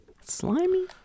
Slimy